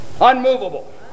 unmovable